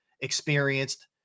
experienced